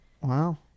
Wow